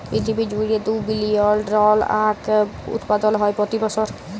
পিরথিবী জুইড়ে দু বিলিয়ল টল আঁখ উৎপাদল হ্যয় প্রতি বসর